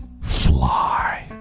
fly